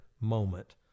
moment